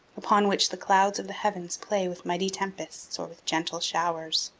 upon which the clouds of the heavens play with mighty tempests or with gentle showers.